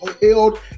held